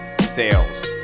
sales